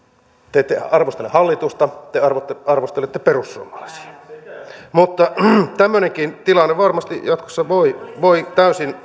te ette arvostele hallitusta te arvostelette arvostelette perussuomalaisia mutta tämmöinenkin tilanne varmasti jatkossa voi voi täysin